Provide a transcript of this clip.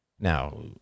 Now